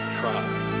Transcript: try